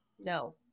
No